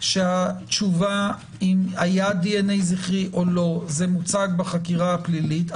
שהתשובה אם היה דנ"א זכרי או לא זה מוצג בחקירה הפלילית,